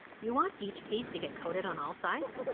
you want each piece to get coated on all sides.